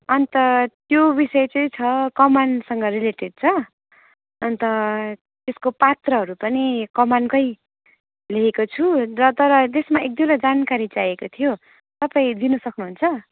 अन्त त्यो विषय चाहिँ छ कमानसँग रिलेटेड छ अन्त त्यसको पात्रहरू पनि कमानकै लिएको छु र तर त्यसमा एक दुईवटा जानकारी चाहिएको थियो तपाईँ दिन सक्नुहुन्छ